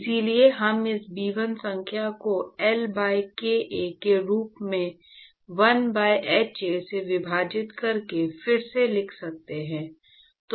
इसलिए हम इस Bi संख्या को L by kA के रूप में 1 by hA से विभाजित करके फिर से लिख सकते हैं